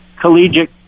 collegiate